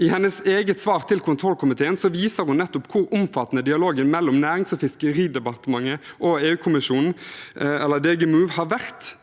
i sitt eget svar til kontrollkomiteen viser hun nettopp hvor omfattende dialogen mellom Nærings- og fiskeridepartementet og EU-kommisjonen, eller